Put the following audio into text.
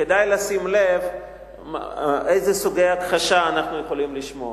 כדאי לשים לב איזה סוגי הכחשה אנחנו יכולים לשמוע.